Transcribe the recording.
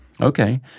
Okay